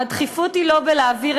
הדחיפות היא לא בלהעביר,